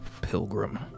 Pilgrim